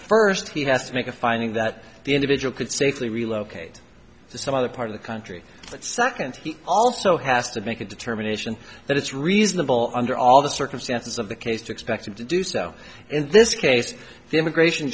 first he has to make a finding that the individual could safely relocate to some other part of the country second he also has to make a determination that it's reasonable under all the circumstances of the case to expect him to do so in this case the immigration